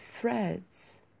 threads